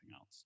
else